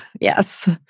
yes